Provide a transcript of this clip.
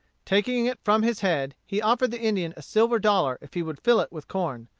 taking it from his head, he offered the indian a silver dollar if he would fill it with corn.